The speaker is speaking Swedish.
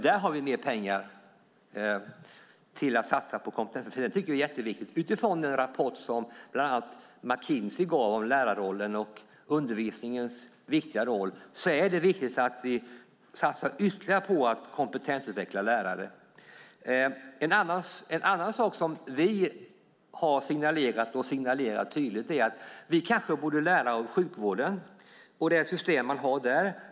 Där har vi mer pengar för att satsa på kompetensutveckling, för det tycker vi är jätteviktigt. Utifrån den rapport som bland annat McKinsey gav om lärarrollen och undervisningens viktiga roll är det viktigt att vi satsar ytterligare på att kompetensutveckla lärare. En annan sak som vi har signalerat tydligt är att vi kanske borde lära av sjukvården och det system man har där.